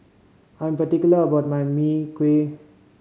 I'm particular about my Mee Kuah